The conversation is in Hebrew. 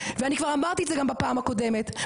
ואני כבר אמרתי את זה גם בפעם הקודמת,